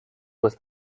with